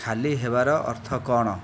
ଖାଲି ହେବାର ଅର୍ଥ କ'ଣ